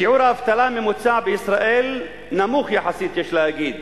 שיעור האבטלה הממוצע בישראל נמוך יחסית, יש להגיד.